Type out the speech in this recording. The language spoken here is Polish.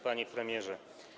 Panie Premierze!